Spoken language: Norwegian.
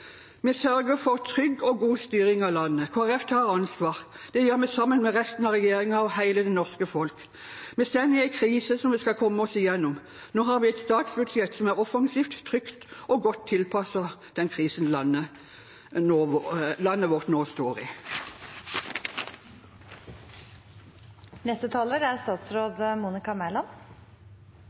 Vi sørger for trygg og god styring av landet. Kristelig Folkeparti tar ansvar. Det gjør vi sammen med resten av regjeringen og hele det norske folk. Vi står i en krise som vi skal komme oss gjennom. Nå har vi et statsbudsjett som er offensivt, trygt og godt tilpasset den krisen landet vårt nå står